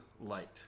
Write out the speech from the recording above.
light